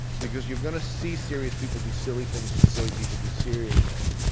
because you're going to see serious people do silly things, and silly people do serious things.